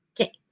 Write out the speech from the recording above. Okay